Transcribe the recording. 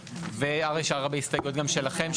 וישנן הרבה הסתייגויות גם שלכם,